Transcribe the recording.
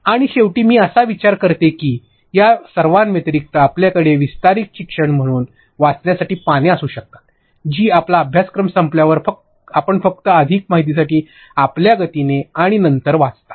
आणि शेवटी मी असा विचार करते की या सर्वांव्यतिरिक्त आपल्याकडे विस्तारित शिक्षण म्हणून वाचण्यासाठी पाने असू शकतात जी आपला अभ्यासक्रम संपल्यावर आपण फक्त अधिक माहितीसाठी आपल्या गतीने आणि नंतर वाचता